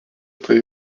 tai